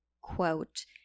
quote